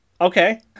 Okay